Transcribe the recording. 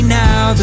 now